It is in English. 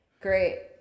great